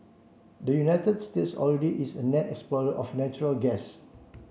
the United States already is a net exporter of natural gas